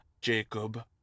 Jacob